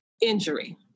injury